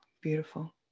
beautiful